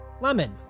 lemon